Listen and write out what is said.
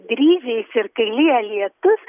dryžiais ir kai lyja lietus